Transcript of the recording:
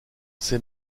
ces